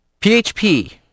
PHP